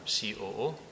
COO